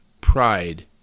pride